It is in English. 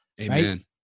Amen